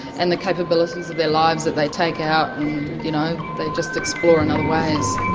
and the capabilities of their lives that they take out you know and they just explore in other ways.